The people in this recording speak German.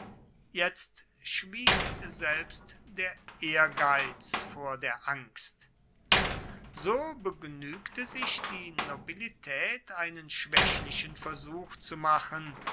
jetzt schwieg selbst der ehrgeiz vor der angst so begnügte sich die nobilität einen schwächlichen versuch zu machen